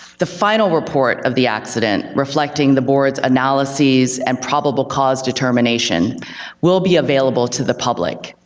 the final report of the accident reflecting the board's analyses and probable cause determination will be available to the public,